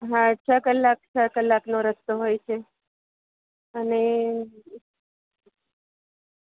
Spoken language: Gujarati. હા છ કલાક છ કલાકનો રસ્તો હોય છે અને